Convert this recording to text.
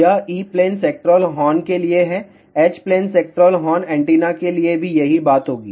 यह E plane sectoral horn के लिए है H plane sectoral horn antenna के लिए भी यही बात होगी